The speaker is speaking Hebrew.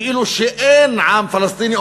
כאילו אין עם פלסטיני,